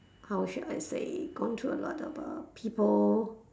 culture I say gone to a lot of uh people